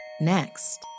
Next